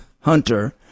Hunter